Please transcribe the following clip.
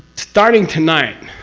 starting tonight.